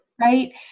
right